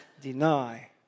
deny